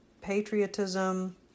patriotism